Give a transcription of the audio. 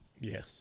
Yes